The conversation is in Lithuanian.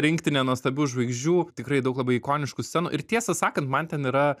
rinktinė nuostabių žvaigždžių tikrai daug labai ikoniškų scenų ir tiesą sakant man ten yra